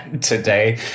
today